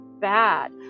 bad